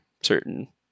certain